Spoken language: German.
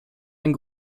ein